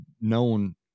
known